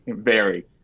very.